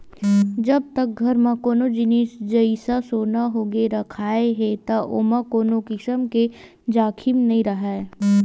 जब तक घर म कोनो जिनिस जइसा सोना होगे रखाय हे त ओमा कोनो किसम के जाखिम नइ राहय